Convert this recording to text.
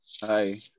Hi